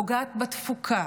פוגעת בתפוקה,